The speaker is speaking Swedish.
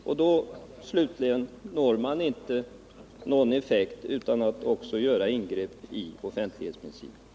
Vi kommer slutligen fram till att vi inte kan få någon effekt på det här området utan att göra avkall på offentlighetsprincipen.